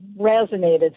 resonated